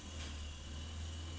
खेती के कोन कोन से तरीका होथे?